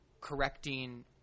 correcting